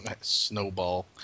Snowball